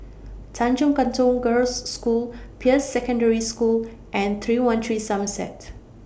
Tanjong Katong Girls' School Peirce Secondary School and three one three Somerset